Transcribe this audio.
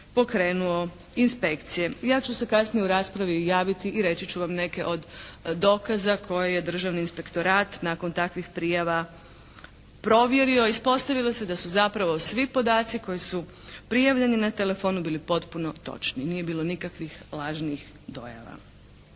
pokrenuo inspekcije. Ja ću se kasnije u raspravi javiti i reći ću vam neke od dokaza koje je Državni inspektorat nakon takvih prijava provjerio i ispostavilo se da su zapravo svi podaci koji su prijavljeni na telefonu bili potpuno točni, nije bilo nikakvih lažnih dojava.